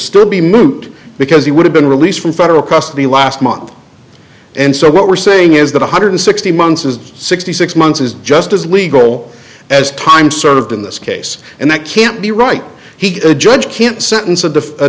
still be moot because he would have been released from federal custody last month and so what we're saying is that one hundred sixty months is sixty six months is just as legal as time served in this case and that can't be right he's a judge can't sentence